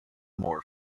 more